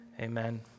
amen